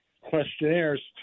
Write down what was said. questionnaires